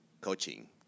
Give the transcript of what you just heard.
coaching